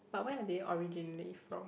but they are they originally from